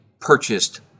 purchased